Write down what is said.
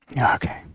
Okay